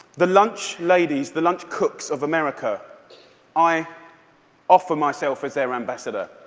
the lunch ladies, the lunch cooks of america i offer myself as their ambassador.